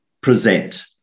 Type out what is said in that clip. present